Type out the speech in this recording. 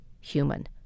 human